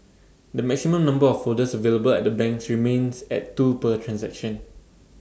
the maximum number of folders available at the banks remains at two per transaction